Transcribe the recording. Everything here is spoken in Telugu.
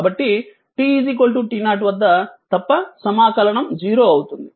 కాబట్టి t t0 వద్ద తప్ప సమాకలనం 0 అవుతుంది